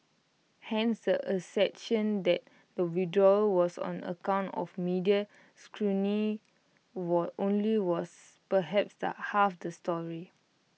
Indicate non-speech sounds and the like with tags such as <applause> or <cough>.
hence the assertion that the withdrawal was on account of media <unintelligible> only was perhaps the half the story